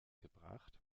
gebracht